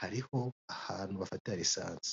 hariho ahantu bafatira lisansi.